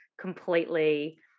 completely